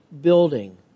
building